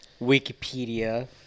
Wikipedia